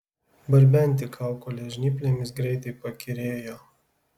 barbenti kaukolę žnyplėmis greitai pakyrėjo